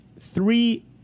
three